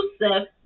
exclusive